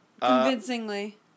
convincingly